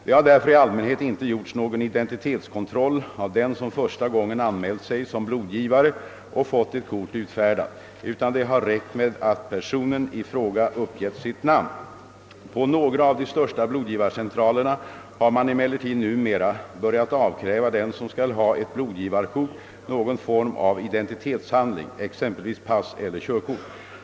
Det har därför i allmänhet inte gjorts någon identitetskontroll av den som första gången anmält sig som blodgivare och fått ett kort utfärdat, utan det har räckt med att personen i fråga uppgett sitt namn. På några av de största blodgivarcentralerna har man emellertid numera börjat avkräva den som skall ha ett blodgivarkort någon form av identitetshandling, exempelvis pass eller körkort.